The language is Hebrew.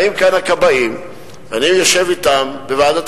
באים לכאן הכבאים ואני יושב אתם בוועדת